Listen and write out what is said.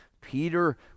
Peter